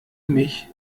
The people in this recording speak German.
mich